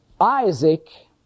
Isaac